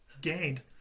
gained